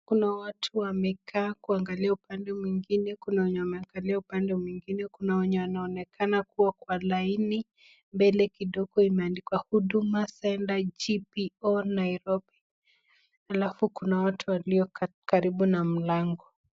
Kuna watu wamekaa kuangalia upande mwingine, kuna wenye wameangalia upande mwingine, kuna wenye wanaonekana kuwa kwa laini. Mbele kidogo imeandikwa Huduma Centre GPO Nairobi halafu kuna watu waliokaa karibu na mlango.